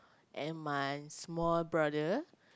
and my small brother